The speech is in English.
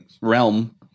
Realm